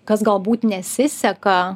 kas galbūt nesiseka